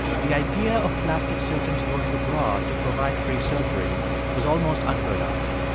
the idea of plastic surgeons going abroad to provide free surgery was almost unheard off.